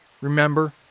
Remember